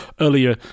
earlier